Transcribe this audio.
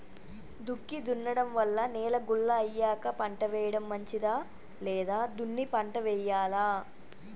దుక్కి దున్నడం వల్ల నేల గుల్ల అయ్యాక పంట వేయడం మంచిదా లేదా దున్ని పంట వెయ్యాలా?